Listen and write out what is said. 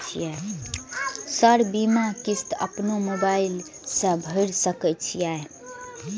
Sir बीमा किस्त अपनो मोबाईल से भर सके छी?